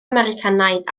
americanaidd